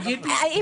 אם